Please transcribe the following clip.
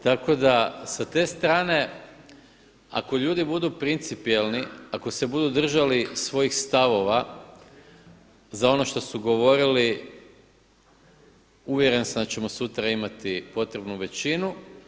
Tako da sa te strane ako ljudi budu principijelni, ako se budu držali svojih stavova za ono što su govorili, uvjeren sam da ćemo sutra imati potrebnu većinu.